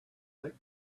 thick